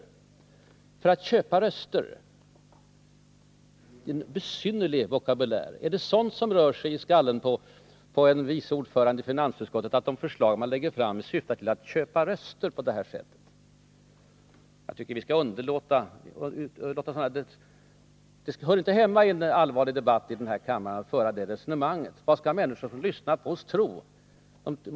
Det är en besynnerlig vokabulär. Är det sådant som rör sig i skallen på en vice ordförande i finansutskottet, att de förslag man lägger fram syftar till att köpa röster? Jag tycker inte att det hör hemma i en allvarlig debatt här i kammaren att föra ett sådant resonemang. Vad skall människor som lyssnar på oss tro?